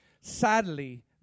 Sadly